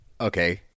Okay